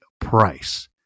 price